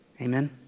Amen